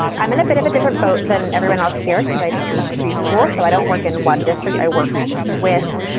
i'm in a bit of a different boat than everyone else here because i teach pre-school. so i don't work in one district. i work with.